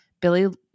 Billy